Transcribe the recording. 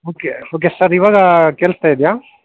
okay okay sir ಇವಾಗ ಕೇಳಿಸ್ತಾ ಇದೆಯಾ